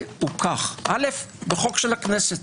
אל"ף, בחוק של הכנסת.